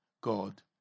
God